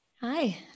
hi